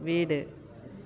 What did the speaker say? வீடு